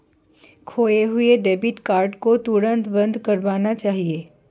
खोये हुए debit card को तुरंत बंद करवाना चाहिए